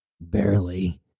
Barely